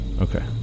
Okay